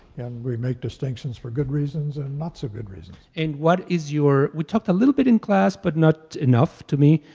and we make distinctions for good reasons and not-so-good reasons. and what is your, we talked a little bit in class, but not enough, to me,